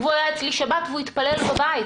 הוא היה אצלי בשבת והוא התפלל בבית,